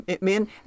Men